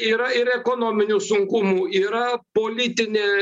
yra ir ekonominių sunkumų yra politinė